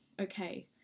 okay